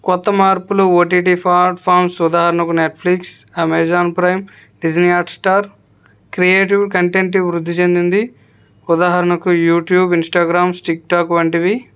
కొత్త మార్పులు O T T platforms ఉదాహరణకు Netflix Amazon Prime Disney Hotstar creative content వృద్ధి చెందింది ఉదాహరణకు యూట్యూబ్ ఇన్స్టాగ్రామ్స్ టిక్టాక్ వంటివి